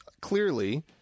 clearly